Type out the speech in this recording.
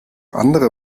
andere